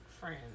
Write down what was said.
friends